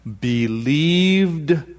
believed